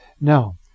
Now